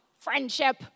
friendship